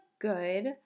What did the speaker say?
good